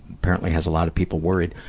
apparently has a lot of people worried.